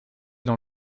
dans